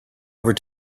over